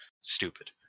stupid